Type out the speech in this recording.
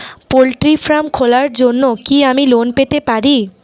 Poultry farm খোলার জন্য কি আমি লোন পেতে পারি?